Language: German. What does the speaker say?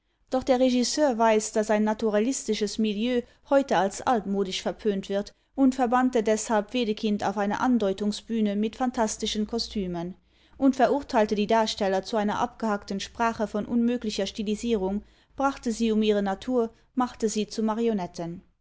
doch der regisseur weiß daß ein naturalistisches milieu heute als altmodisch verpönt wird und verbannte deshalb wedekind auf eine andeutungsbühne mit phantastischen kostümen und verurteilte die darsteller zu einer abgehackten sprache von unmöglicher stilisierung brachte sie um ihre natur machte sie zu